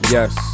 Yes